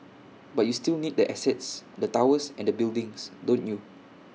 but you still need the assets the towers and the buildings don't you